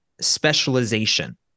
specialization